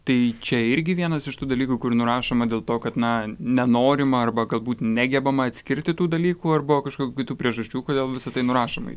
tai čia irgi vienas iš tų dalykų kur nurašoma dėl to kad na nenorima arba galbūt negebama atskirti tų dalykų ar buvo kažkokių kitų priežasčių kodėl visa tai nurašoma